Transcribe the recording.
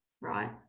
right